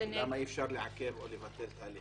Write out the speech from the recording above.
למה אי אפשר לעכב או לבטל את ההליך?